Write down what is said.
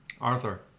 Arthur